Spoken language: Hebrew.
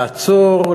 לעצור,